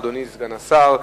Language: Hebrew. ביום י"ז באדר התש"ע (3 במרס 2010):